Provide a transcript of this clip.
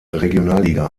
regionalliga